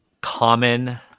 common